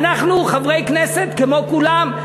אנחנו חברי כנסת כמו כולם,